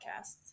podcasts